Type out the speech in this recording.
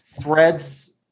threads